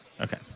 okay